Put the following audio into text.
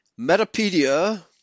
Metapedia